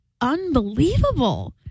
unbelievable